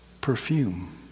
perfume